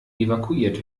evakuiert